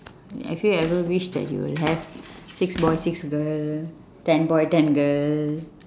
have you ever wished that you will have six boy six girl ten boy ten girl